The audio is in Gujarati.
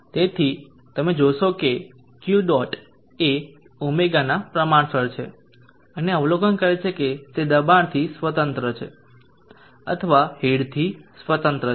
તેથી તમે જોશો કે Q ડોટ એ ω પ્રમાણસર છે અને અવલોકન કરે છે કે તે દબાણથી સ્વતંત્ર છે અથવા હેડથી સ્વતંત્ર છે